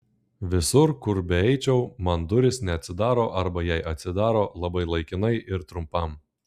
visur kur beeičiau man durys neatsidaro arba jei atsidaro labai laikinai ir trumpam